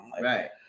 Right